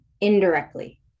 indirectly